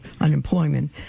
unemployment